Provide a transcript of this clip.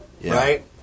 right